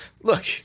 look